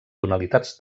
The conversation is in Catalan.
tonalitats